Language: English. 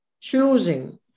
choosing